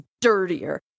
dirtier